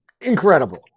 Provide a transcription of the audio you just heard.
incredible